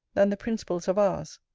than the principals of ours.